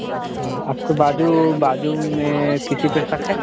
हाँ हाँ आपके बाज़ू बाज़ू में किसी पे शक़ है